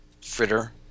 fritter